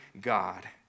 God